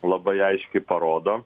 labai aiškiai parodo